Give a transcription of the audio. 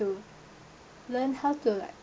to learn how to like